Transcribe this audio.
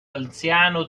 anziano